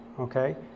okay